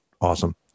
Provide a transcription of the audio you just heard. awesome